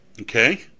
Okay